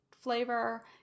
flavor